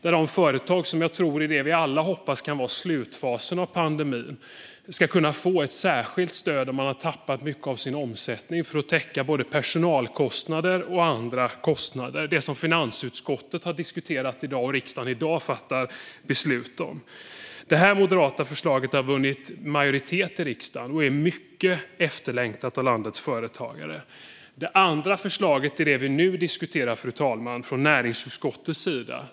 De företag som i det jag tror att vi alla hoppas kan vara slutfasen av pandemin har tappat mycket av sin omsättning ska kunna få ett särskilt stöd för att täcka både personalkostnader och andra kostnader. Det är det som finansutskottet i dag har diskuterat och som riksdagen i dag fattar beslut om. Detta moderata förslag har vunnit majoritet i riksdagen och är mycket efterlängtat av landets företagare. Det andra förslaget är det vi nu diskuterar, fru talman, från näringsutskottets sida.